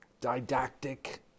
didactic